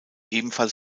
ebenfalls